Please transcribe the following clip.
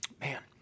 Man